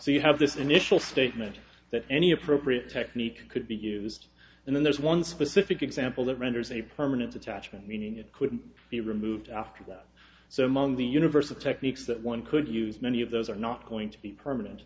so you have this initial statement that any appropriate technique could be used and then there's one specific example that renders a permanent attachment meaning it couldn't be removed after that so mom the universe of techniques that one could use many of those are not going to be permanent